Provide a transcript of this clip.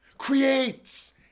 Creates